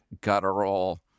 guttural